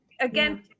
again